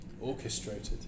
orchestrated